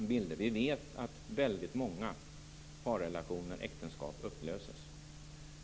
Vi vet att väldigt många parrelationer och äktenskap upplöses.